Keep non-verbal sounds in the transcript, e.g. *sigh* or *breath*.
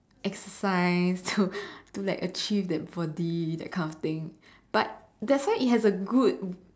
exercise to *breath* to like achieve that body that kind of thing but that's why it has a good